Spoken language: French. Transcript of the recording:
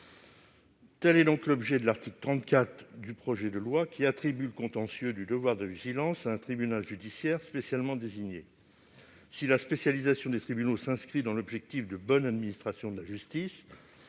Tel est donc l'objet de l'article 34 du projet de loi, qui vise à attribuer le contentieux du devoir de vigilance à un tribunal judiciaire spécialement désigné. Si la spécialisation des tribunaux s'inscrit dans l'objectif de bonne administration de la justice,